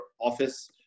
office